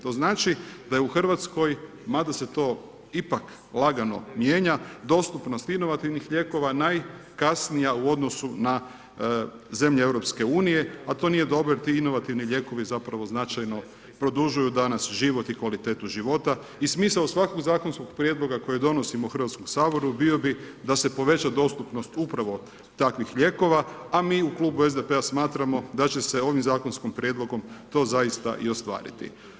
To znači da je u Hrvatskoj, mada se to ipak lagano mijenja, dostupnost inovativnih lijekova najkasnija u odnosu na zemlje EU, a to nije dobro jer ti inovativni lijekovi zapravo značajno produžuju danas život i kvalitetu života i smisao svakog zakonskog prijedloga kojeg donosimo u Hrvatskom saboru bio bi da se poveća dostupnost upravo takvih lijekova, a mi u klubu SDP-a smatramo da će se ovim zakonskim prijedlogom to zaista i ostvariti.